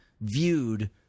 viewed